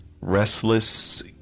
restless